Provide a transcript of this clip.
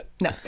No